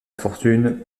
fortune